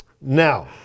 Now